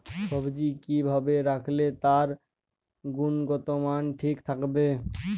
সবজি কি ভাবে রাখলে তার গুনগতমান ঠিক থাকবে?